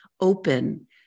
open